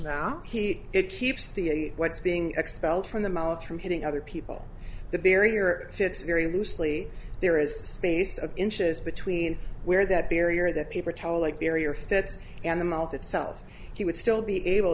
mouth he it keeps the what's being expelled from the mouth from hitting other people the barrier fits very loosely there is space of inches between where that barrier the paper towel like barrier hits and the mouth itself he would still be able